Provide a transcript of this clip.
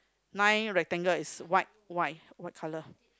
nine rectangle is white why what color